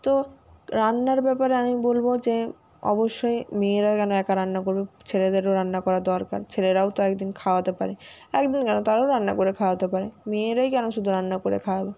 তো রান্নার ব্যাপারে আমি বলবো যে অবশ্যই মেয়েরা কেন একা রান্না করবে ছেলেদেরও রান্না করা দরকার ছেলেরাও তো একদিন খাওয়াতে পারে একদিন কেন তারও রান্না করে খাওয়াতে পারে মেয়েরাই কেন শুধু রান্না করে খাওয়াবে